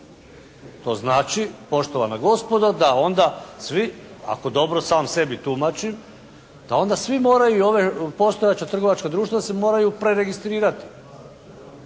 To znači poštovana gospodo da onda svi, ako dobro sam sebi tumačim da onda svi moraju i ova postojeća trgovačka društva se moraju preregistrirati.